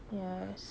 yes